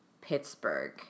Pittsburgh